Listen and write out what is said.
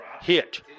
hit